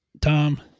Tom